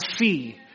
see